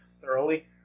thoroughly